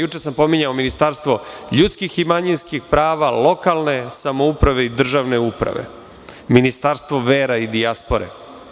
Juče sam pominjao Ministarstvo ljudskih i manjinskih prava, lokalne samouprave i državne uprave, Ministarstvo vera i dijaspore.